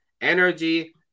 energy